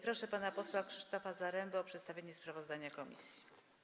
Proszę pana posła Krzysztofa Zarembę o przedstawienie sprawozdania komisji.